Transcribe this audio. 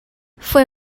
fue